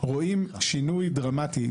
רואים שינוי דרמטי.